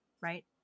right